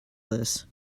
this